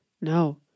No